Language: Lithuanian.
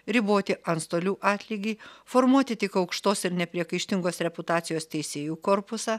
riboti antstolių atlygį formuoti tik aukštos ir nepriekaištingos reputacijos teisėjų korpusą